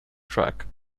track